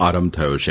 આરંભ થયો છે